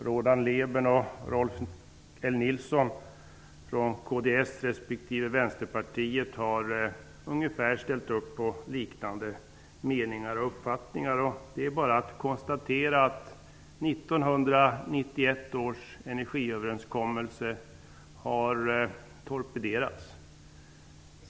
Roland Lében och Rolf L Nilson, från kds respektive vänsterpartiet, har uttryckt ungefär liknande uppfattningar. Det är bara att konstatera att 1991 års energiöverenskommelse har torpederats.